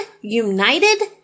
united